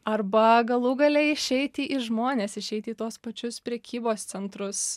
arba galų gale išeiti į žmones išeiti į tuos pačius prekybos centrus